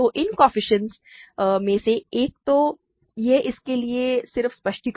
तो इन कोएफ़िशिएंट्स में से एक तो यह इसके लिए सिर्फ स्पष्टीकरण है